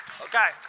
Okay